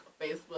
Facebook